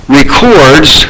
records